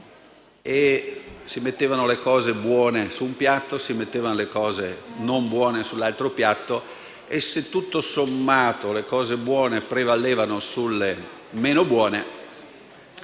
si mettevano le cose buone su un piatto e le cose non buone sull'altro, e se tutto sommato le cose buone prevalevano sulle meno buone,